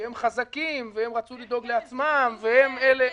שהם חזקים והם רצו לדאוג לעצמם והם כאלה --- כן,